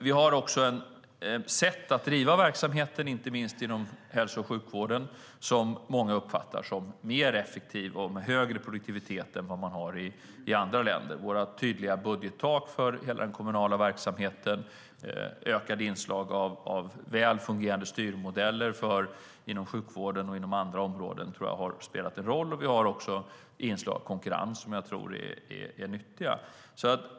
Vi har ett sätt att driva verksamheter, inte minst inom hälso och sjukvården, som många uppfattar som mer effektivt och med högre produktivitet än i andra länder. Våra tydliga budgettak för hela den kommunala verksamheten, ökade inslag av väl fungerande styrmodeller inom sjukvården och andra områden har spelat en roll, och vi har även inslag av konkurrens som jag tror är nyttig.